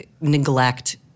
neglect